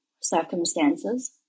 circumstances